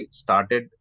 started